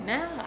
Now